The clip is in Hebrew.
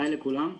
שלום לכולם.